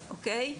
אוקיי?